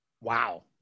Wow